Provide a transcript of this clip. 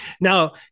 Now